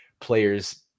players